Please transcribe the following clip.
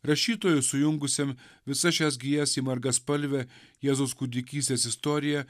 rašytojui sujungusiam visas šias gijas į margaspalvę jėzaus kūdikystės istoriją